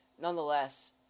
nonetheless